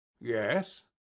yes